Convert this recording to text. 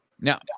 now